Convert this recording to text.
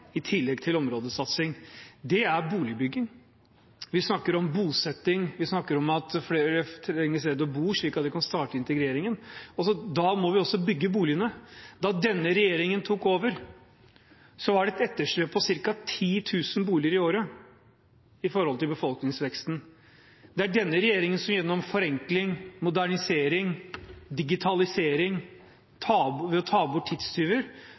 i tillegg til områdesatsing: boligbygging. Vi snakker om bosetting og at flere trenger et sted å bo, slik at vi kan starte integreringen. Da må vi også bygge boligene. Da denne regjeringen overtok, var det et etterslep på cirka 10 000 boliger i året i forhold til befolkningsveksten. Det er denne regjeringen som gjennom forenkling, modernisering, digitalisering og ved å ta bort tidstyver